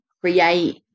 create